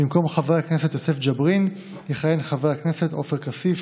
במקום חבר הכנסת יוסף ג'בארין יכהן חבר הכנסת עפר כסיף.